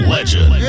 Legend